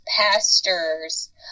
pastors